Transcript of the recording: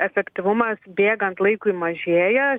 efektyvumas bėgant laikui mažėja